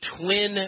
twin